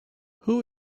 who